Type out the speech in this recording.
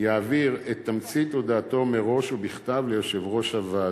יעביר את תמצית הודעתו מראש ובכתב ליושב-ראש הישיבה.